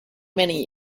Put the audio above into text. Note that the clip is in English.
many